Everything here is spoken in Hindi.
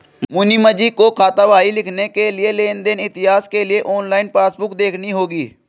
मुनीमजी को खातावाही लिखने के लिए लेन देन इतिहास के लिए ऑनलाइन पासबुक देखनी होगी